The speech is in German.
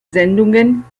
sendungen